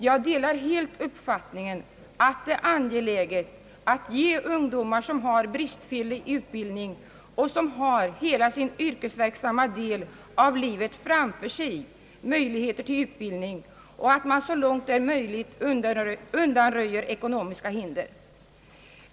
Jag delar helt uppfattningen att det är angeläget att ge ungdomar, som har bristfällig utbildning och som har hela sin yrkesverksamma del av livet framför sig, möjligheter till utbildning och att man så långt det är möjligt bör undanröja ekonomiska hinder härför.